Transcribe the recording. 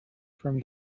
from